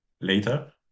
later